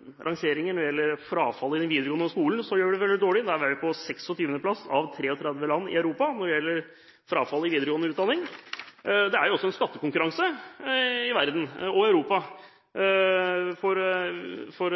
det andre rangeringer som gjelder frafall i den videregående skolen, der vi gjør det veldig dårlig. Vi er på 26. plass av 33 land i Europa. Det er også en skattekonkurranse i verden og i Europa. For